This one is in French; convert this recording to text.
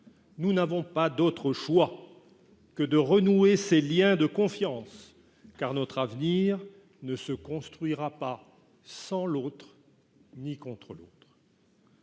nous n'avons pas d'autre choix que de renouer ces liens de confiance, car notre avenir ne se construira pas l'un sans l'autre ni l'un contre l'autre.